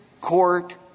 court